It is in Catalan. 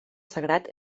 sagrat